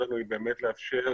היא לאפשר